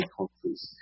countries